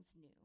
new